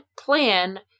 plan